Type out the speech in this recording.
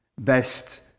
best